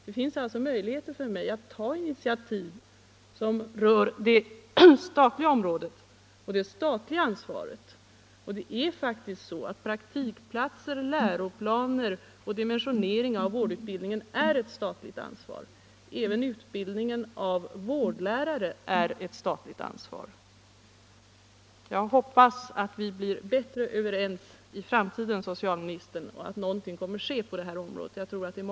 Det finns alltså möjligheter för mig att ta initiativ som rör det statliga området och det statliga ansvaret. Och det är faktiskt så, att praktikplatser, läroplaner och dimensionering av vårdutbildningen är ett statligt ansvar. Även utbildningen av vårdlärare är ett statligt ansvar. Jag hoppas att vi blir bättre överens i framtiden, herr socialminister, och att någonting kommer att ske på det här området. Jag tror att det är många som väntar på det.